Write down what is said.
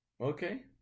Okay